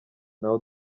ntawe